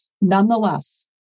nonetheless